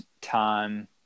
time